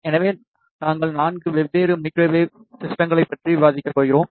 எனவே நாங்கள் 4 வெவ்வேறு மைக்ரோவேவ் சிஸ்டங்களைப் பற்றி விவாதிக்கப் போகிறோம்